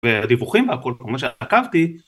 ודיווחים והכל מה שעקבתי